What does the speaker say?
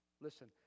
Listen